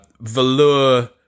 velour